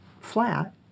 flat